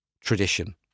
tradition